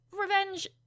revenge